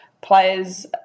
players